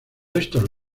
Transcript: estos